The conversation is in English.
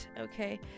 Okay